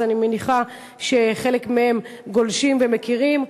אז אני מניחה שחלק מהם גולשים ומכירים.